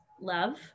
love